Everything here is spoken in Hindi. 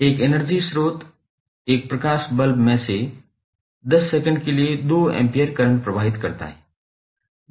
एक एनर्जी स्रोत एक प्रकाश बल्ब में से 10 सेकंड के लिए 2 एम्पीयर करंट प्रवाहित करता है